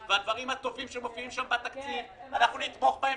כן --- תני לו לסיים.